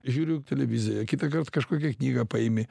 žiūriu televiziją kitąkart kažkokią knygą paimi